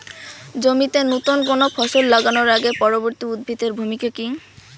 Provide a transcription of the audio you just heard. জমিতে নুতন কোনো ফসল লাগানোর আগে পূর্ববর্তী উদ্ভিদ এর ভূমিকা কি?